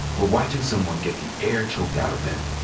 but watching someone get the air choked out of them,